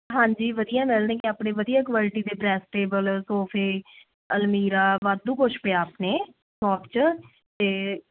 ਹਾਂਜੀ ਵਧੀਆ ਮਿਲਣਗੇ ਆਪਣੇ ਵਧੀਆ ਕੁਐਲਟੀ ਦੇ ਡਰੈਸ ਟੇਬਲ ਸੋਫ਼ੇ ਅਲਮੀਰਾ ਵਾਧੂ ਕੁਛ ਪਿਆ ਆਪਣੇ ਸ਼ੋਪ 'ਚ ਅਤੇ